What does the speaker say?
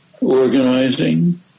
organizing